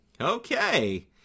Okay